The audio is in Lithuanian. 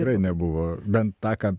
gerai nebuvo bet tąkart